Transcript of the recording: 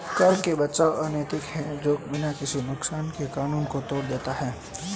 कर से बचाव अनैतिक है जो बिना किसी नुकसान के कानून को मोड़ देता है